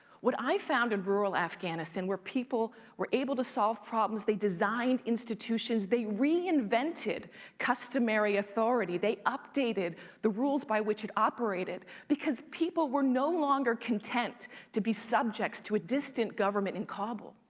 what i found in rural afghanistan where people were able to solve problems, they designed institutions. they reinvented customary authority. they updated the rules by which it operated because people were no longer content to be subjects to a distant government in kabul,